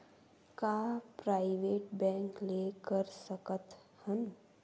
का private bank ले कर सकत हन?